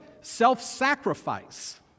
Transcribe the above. self-sacrifice